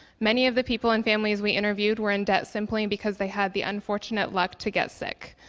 many of the people and families we interviewed were in debt simply because they had the unfortunate luck to get sick.